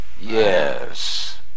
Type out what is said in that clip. yes